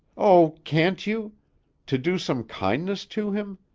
oh, can't you to do some kindness to him?